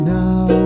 now